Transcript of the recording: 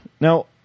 Now